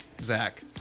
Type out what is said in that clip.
Zach